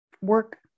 work